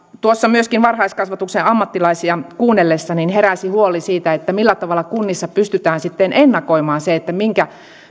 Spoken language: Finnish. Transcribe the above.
tuossa myöskin varhaiskasvatuksen ammattilaisia kuunnellessani heräsi huoli siitä millä tavalla kunnissa pystytään sitten ennakoimaan se